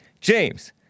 James